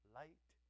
light